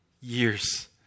years